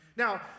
Now